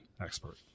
expert